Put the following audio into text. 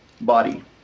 body